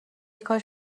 کاش